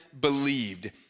believed